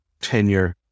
tenure